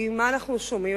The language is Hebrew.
כי מה אנחנו שומעים?